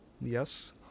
Yes